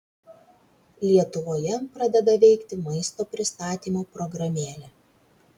lietuvoje pradeda veikti maisto pristatymo programėlė